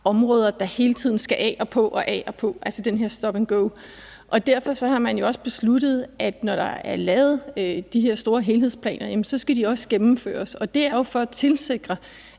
områder, der hele tiden skal af og på og af og på, altså den her stop and go, og derfor har man også besluttet, at når der er lavet de her store helhedsplaner, skal de også gennemføres. Det er jo for at tilsikre,